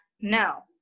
no